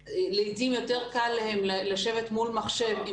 לעתים יותר קל לתלמידים האלה לשבת מול מחשב עם